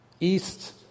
east